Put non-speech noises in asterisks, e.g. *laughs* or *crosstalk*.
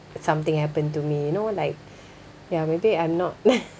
something happen to me you know like ya maybe I'm not *laughs*